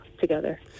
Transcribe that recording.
together